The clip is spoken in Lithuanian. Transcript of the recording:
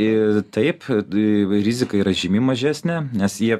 ir taip eee rizika yra žymiai mažesnė nes jie